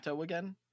again